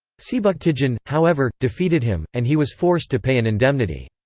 sebuktigin, however, defeated him, and he was forced to pay an indemnity.